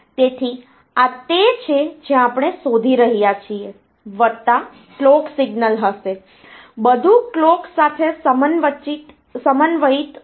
તેથી આ તે છે જે આપણે શોધી રહ્યા છીએ વત્તા કલોક સિગ્નલ હશે બધું કલોક સાથે સમન્વયિત છે